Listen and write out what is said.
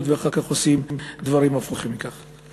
והם אחר כך עושים דברים הפוכים מכך.